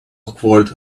awkward